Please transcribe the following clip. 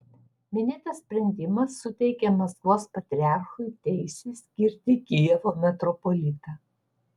minėtas sprendimas suteikė maskvos patriarchui teisę skirti kijevo metropolitą